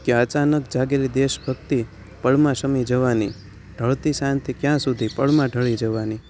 કે અચાનક જાગેલી દેશ ભક્તિ પળમાં શમી જવાની ઢળતી સાંજ તે ક્યાં સુધી પળમાં ઢળી જવાની